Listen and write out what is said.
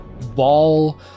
ball